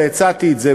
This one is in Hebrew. והצעתי את זה,